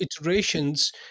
iterations